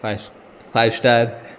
five five star